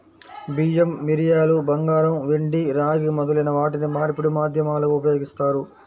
బియ్యం, మిరియాలు, బంగారం, వెండి, రాగి మొదలైన వాటిని మార్పిడి మాధ్యమాలుగా ఉపయోగిస్తారు